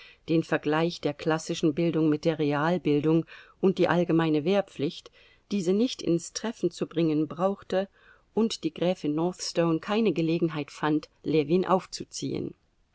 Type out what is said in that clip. den vergleich der klassischen bildung mit der realbildung und die allgemeine wehrpflicht diese nicht ins treffen zu bringen brauchte und die gräfin northstone keine gelegenheit fand ljewin aufzuziehen